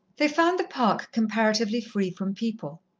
they found the park comparatively free from people.